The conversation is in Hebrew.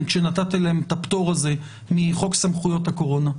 עת נתתם להם את הפטור הזה מחוק סמכויות הקורונה.